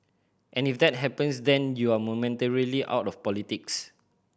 and if that happens then you're momentarily out of politics